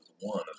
one